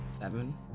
Seven